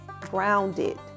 grounded